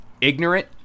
ignorant